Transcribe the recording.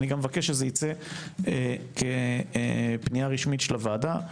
גם מבקש שייצא כפנייה רשמית של הוועדה.